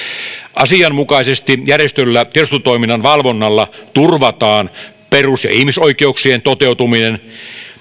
asianmukaisesti järjestetyllä tiedustelutoiminnan valvonnalla turvataan perus ja ihmisoikeuksien toteutuminen